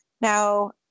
Now